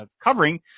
covering